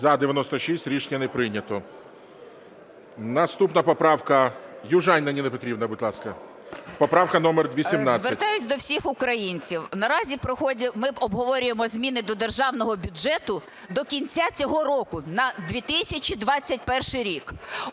За-96 Рішення не прийнято. Наступна поправка. Южаніна Ніна Петрівна, будь ласка. Поправка номер 18. 13:00:17 ЮЖАНІНА Н.П. Звертаюсь до всіх українців. Наразі ми обговорюємо зміни до Державного бюджету до кінця цього року на 2021 рік.